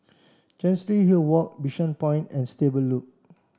Chancery Hill Walk Bishan Point and Stable Loop